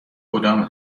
کدام